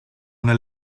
una